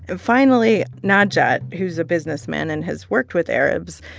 ah finally, najat, who's a businessman and has worked with arabs,